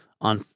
on